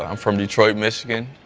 um from detroit, michigan.